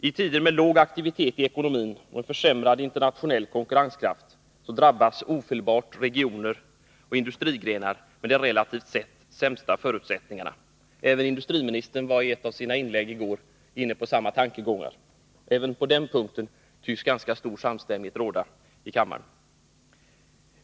I tider med låg aktivitet i ekonomin och en försämrad internationell konkurrenskraft drabbas ofelbart de regioner och industrigrenar som har de relativt sämsta förutsättningarna. Även industriministern var i ett av sina inlägg i går inne på samma tankegångar. Även på den punkten tycks ganska stor samstämmighet råda i kammaren.